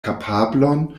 kapablon